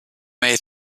may